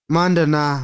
Mandana